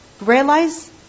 Realize